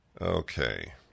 Okay